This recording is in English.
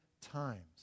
times